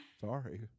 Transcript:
Sorry